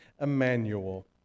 Emmanuel